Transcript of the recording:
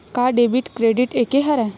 का debit credit एके हरय?